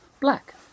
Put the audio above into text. black